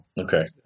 Okay